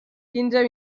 quinze